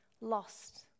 lost